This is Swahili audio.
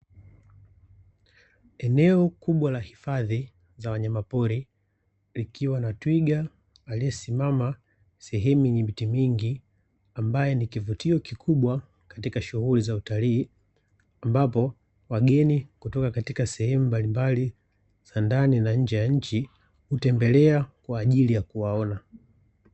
Eneo kubwa la hifadhi za wanyamapori likiwa na twiga aliyesimama sehemu yenye miti mingi ambaye ni kivutio kikubwa katika shughuli za utalii, ambapo wageni kutoka katika sehemu mbali mbali za ndani na nje ya nchi hutembelea kwa ajili ya kuwaona.